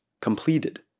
completed